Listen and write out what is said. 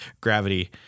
gravity